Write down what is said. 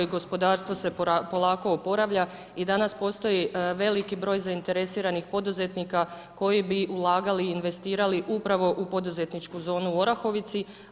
Gospodarstvo se polako opravlja i danas postoji veliki broj zainteresiranih poduzetnika, koji bi ulagali, investirali, upravo u poduzetničku zonu u Orahovici.